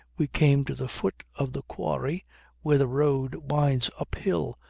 we came to the foot of the quarry where the road winds up hill,